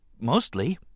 mostly